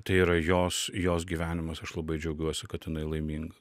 tai yra jos jos gyvenimas aš labai džiaugiuosi kad jinai laiminga